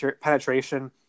penetration